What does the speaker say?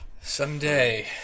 someday